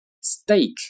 steak